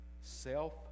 Self